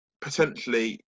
potentially